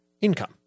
income